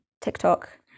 tiktok